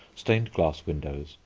stained-glass windows,